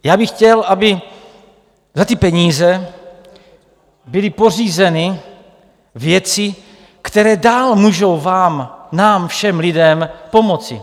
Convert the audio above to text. Já bych chtěl, aby za ty peníze byly pořízeny věci, které dál můžou vám, nám všem lidem pomoci.